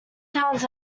sounds